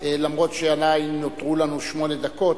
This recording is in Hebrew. אף-על-פי שעדיין נותרו לנו שמונה דקות,